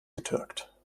getürkt